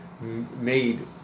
made